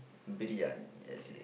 briyani yes